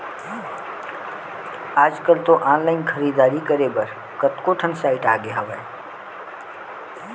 आजकल तो ऑनलाइन खरीदारी करे बर कतको ठन साइट आगे हवय